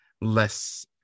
less